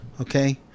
Okay